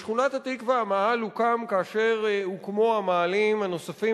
בשכונת-התקווה המאהל הוקם כאשר הוקמו המאהלים הנוספים